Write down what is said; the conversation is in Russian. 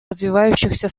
развивающихся